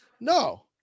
No